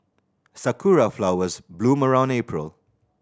sakura flowers bloom around April